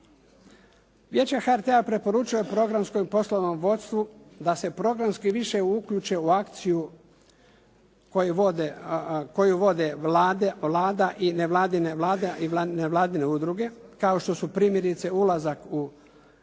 Vijeće HRT-a preporučuje programskom i poslovnom vodstvu da se programski više uključe u akciju koju vode Vlada i nevladine udruge kao što su primjerice ulazak Hrvatske